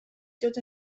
dod